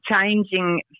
changing